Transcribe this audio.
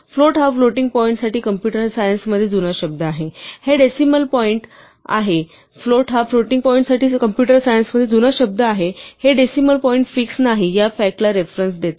float हा floating पॉईंटसाठी computer science मध्ये जुना शब्द आहे हे डेसिमल पॉईंट फिक्सड नाही या फॅकट ला रेफेरेंस देते